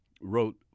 wrote